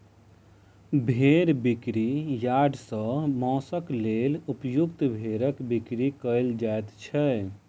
भेंड़ बिक्री यार्ड सॅ मौंसक लेल उपयुक्त भेंड़क बिक्री कयल जाइत छै